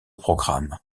programme